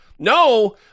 No